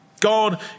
God